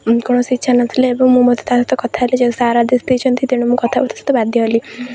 କୌଣସି ଇଚ୍ଛା ନଥିଲା ଏବଂ ମୁଁ ମଧ୍ୟ ତା'ସହିତ କଥା ହେଲେ ଯେ ସାର୍ ଆଦେଶ ଦେଇଛନ୍ତି ତ ତେଣୁ ମୁଁ କଥା ହେବାକୁ ତା'ସହିତ ବାଧ୍ୟ ହେଲି